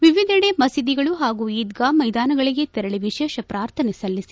ವಿವಿಧೆಡೆ ಮಸೀದಿಗಳು ಹಾಗೂ ಈದ್ಗಾ ಮೈದಾನಗಳಿಗೆ ತೆರಳಿ ವಿಶೇಷ ಪ್ರಾರ್ಥನೆ ಸಲ್ಲಿಸಿ